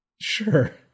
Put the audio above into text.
Sure